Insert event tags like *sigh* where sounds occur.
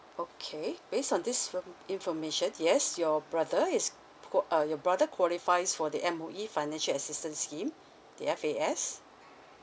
okay based on this fom~ information yes your brother is *noise* uh your brother qualifies for the M_O_E financial assistance scheme the F_A_S